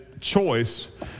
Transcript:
choice